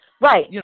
right